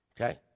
Okay